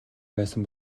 байсан